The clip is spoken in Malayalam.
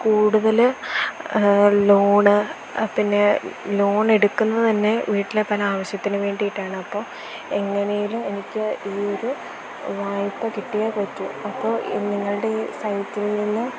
കൂടുതല് ലോണ് പിന്നെ ലോണെടുക്കുന്നത് തന്നെ വീട്ടിലെ പല ആവശ്യത്തിനും വേണ്ടിയിട്ടാണ് അപ്പോള് എങ്ങനെയെങ്കിലും എനിക്ക് ഈയൊരു വായ്പ കിട്ടിയേ പറ്റൂ അപ്പോള് നിങ്ങളുടെ ഈ സൈറ്റിൽ നിന്ന്